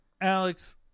Alex